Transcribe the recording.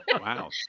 Wow